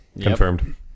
Confirmed